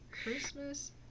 Christmas